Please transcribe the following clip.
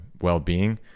well-being